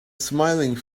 smiling